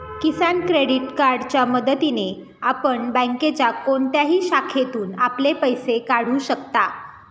किसान credit कार्डच्या मदतीने आपण बँकेच्या कोणत्याही शाखेतून आपले पैसे काढू शकता